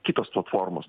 kitos platformos